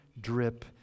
drip